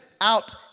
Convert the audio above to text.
out